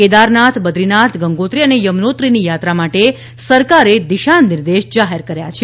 કેદારનાથ બદ્રીનાથ ગંગોત્રી અને યમુનોત્રીની યાત્રા માટે સરકારે દિશા નિર્દેશ જાહેર કર્યો છે